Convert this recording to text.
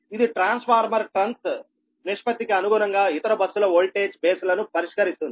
ఇది transformer turns నిష్పత్తికి అనుగుణంగా ఇతర బస్సుల వోల్టేజ్ బేస్ లను పరిష్కరిస్తుంది